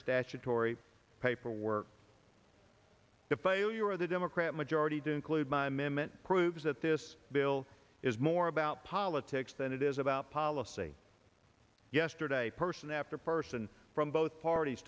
statutory paperwork the failure of the democrat majority do include my memet proves that this bill is more about politics than it is about policy yesterday person after person from both parties